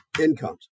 incomes